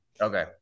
Okay